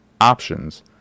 options